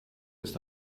bis